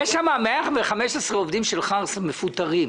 יש שם 115 עובדים של חרסה, מפוטרים.